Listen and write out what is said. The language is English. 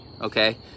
okay